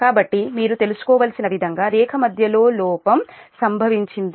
కాబట్టి మీరు తెలుసుకోవలసిన విధంగా రేఖ మధ్యలో లోపం సంభవించింది